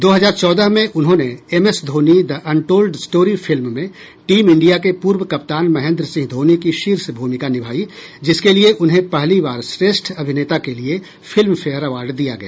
दो हजार चौदह में उन्होंने MS Dhoni the untold story film में टीम इंडिया के पूर्व कप्तान महेंद्र सिंह धोनी की शीर्ष भूमिका निभाई जिसके लिए उन्हें पहली बार श्रेष्ठ अभिनेता के लिए फिल्मफेयर अवार्ड दिया गया